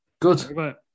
Good